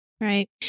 Right